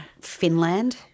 Finland